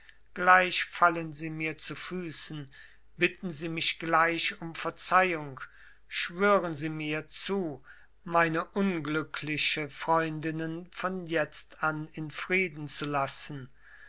gleich fallen sie mir zu füßen bitten sie mich gleich um verzeihung schwören sie mir zu meine unglückliche freundinnen von jetzt an in frieden zu lassen